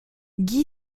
guy